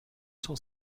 cent